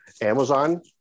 Amazon